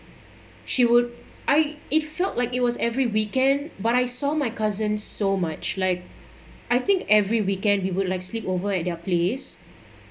she would I it felt like it was every weekend but I saw my cousin so much like I think every weekend we would like sleep over at their place